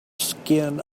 skin